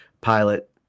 pilot